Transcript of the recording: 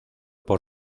por